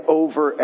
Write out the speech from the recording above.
over